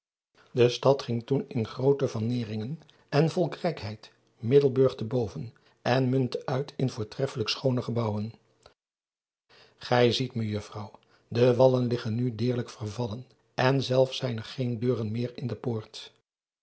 e stad ging toen in grootte van neringen en volkrijkheid iddelburg te boven en muntte uit in voortreffelijk schoone gebouwen ij ziet ejuffrouw de wallen liggen nu deerlijk vervallen en zelfs zijn er geen deuren meer in de poort